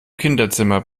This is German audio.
kinderzimmer